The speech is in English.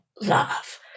love